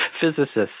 Physicists